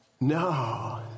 No